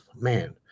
man